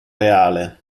reale